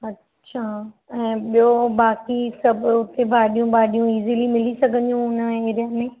अच्छा ऐं ॿियो बाक़ी सभु हुते भाॼियूं बाॼियूं इज़िली मिली सघंदियूं